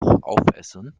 aufessen